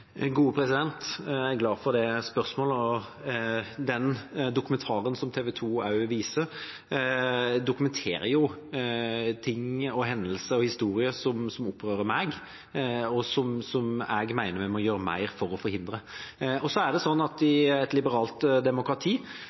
Jeg er glad for det spørsmålet. Den dokumentaren som TV 2 viste, dokumenterer ting, hendelser og historier som opprører meg, og som jeg mener vi må gjøre mer for å forhindre. I et liberalt demokrati er det ikke sånn at